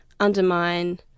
undermine